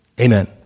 Amen